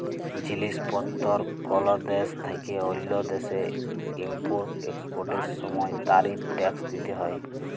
জিলিস পত্তর কল দ্যাশ থ্যাইকে অল্য দ্যাশে ইম্পর্ট এক্সপর্টের সময় তারিফ ট্যাক্স দ্যিতে হ্যয়